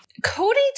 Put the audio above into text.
Cody